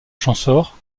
champsaur